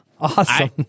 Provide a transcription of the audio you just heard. Awesome